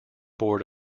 board